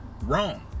wrong